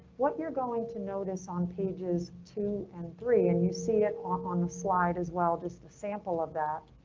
what you're going to notice on pages two and three, and you see it on the slide as well, just a sample of that.